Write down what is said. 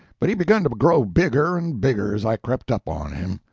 but he begun to grow bigger and bigger as i crept up on him.